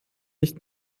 nicht